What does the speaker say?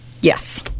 yes